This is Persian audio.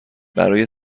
برای